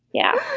yeah,